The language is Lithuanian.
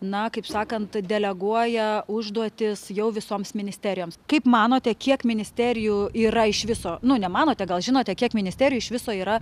na kaip sakant deleguoja užduotis jau visoms ministerijoms kaip manote kiek ministerijų yra iš viso nu nemanote gal žinote kiek ministerijų iš viso yra